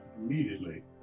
immediately